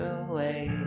away